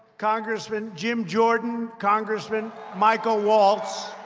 congressman jim jordan, congressman michael waltz.